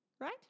right